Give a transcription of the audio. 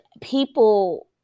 people